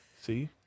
see –